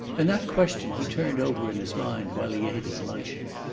and that question he turned over in his mind while he ate his luncheon.